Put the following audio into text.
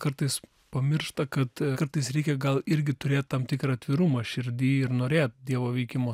kartais pamiršta kad kartais reikia gal irgi turėt tam tikrą atvirumą širdy ir norėti dievo veikimo